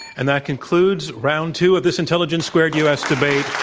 and that concludes round two of this intelligence squared u. s. debate.